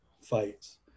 fights